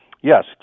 Yes